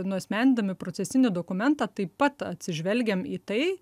nuasmenindami procesinį dokumentą taip pat atsižvelgiam į tai